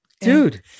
dude